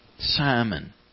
Simon